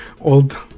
Old